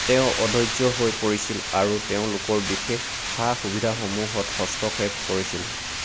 তেওঁ অধৰ্য্য হৈ পৰিছিল আৰু তেওঁলোকৰ বিশেষ সা সুবিধাসমূহত হস্তক্ষেপ কৰিছিল